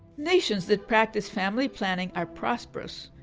nations that practice family planning are prosperous,